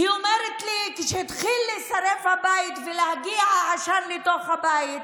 היא אומרת לי: כשהתחיל להישרף הבית והעשן התחיל להגיע לתוך הבית,